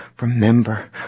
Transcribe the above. remember